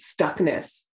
stuckness